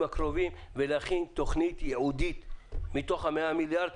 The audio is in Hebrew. הקרובים ולהכין תכנית ייעודית לתיירות מתוך ה-100 מיליארד.